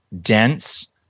dense